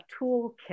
toolkit